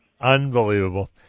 Unbelievable